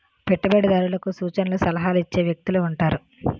పెట్టుబడిదారులకు సూచనలు సలహాలు ఇచ్చే వ్యక్తులు ఉంటారు